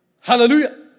Hallelujah